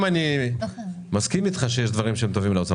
אני מסכים איתך שיש דברים שטובים לאוצר,